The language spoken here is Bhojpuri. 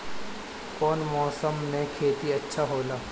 कौन मौसम मे खेती अच्छा होला?